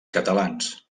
catalans